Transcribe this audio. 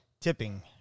tipping